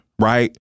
right